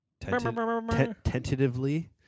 tentatively